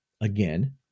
again